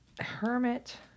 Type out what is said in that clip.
Hermit